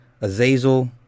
Azazel